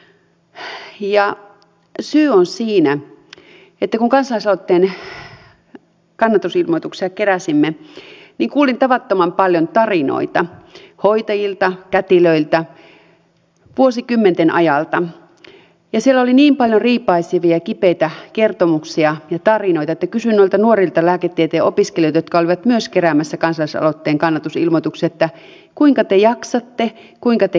syy on siinä että kun kansalaisaloitteen kannatusilmoituksia keräsimme kuulin tavattoman paljon tarinoita hoitajilta kätilöiltä vuosikymmenten ajalta ja siellä oli niin paljon riipaisevia kipeitä kertomuksia ja tarinoita että kysyin noilta nuorilta lääketieteen opiskelijoilta jotka myös olivat keräämässä kansalaisaloitteen kannatusilmoituksia että kuinka te jaksatte kuinka te kestätte